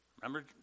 Remember